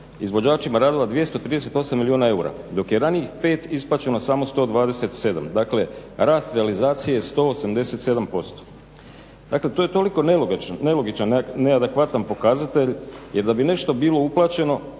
izvođačima radova 238 milijuna eura dok je ranijih 5 isplaćeno samo 127. Dakle, realizacije je 187% Dakle, to je toliko nelogičan neadekvatan pokazatelj jer da bi nešto bilo uplaćeno